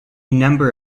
number